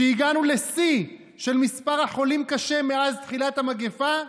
שהגענו לשיא במספר החולים קשה מאז תחילת המגפה?